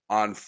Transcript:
on